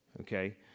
okay